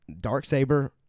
Darksaber